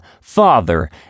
father